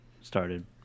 started